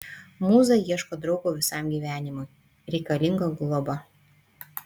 mūza ieško draugo visam gyvenimui reikalinga globa